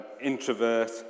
introvert